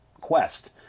quest